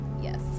yes